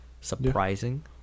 Surprising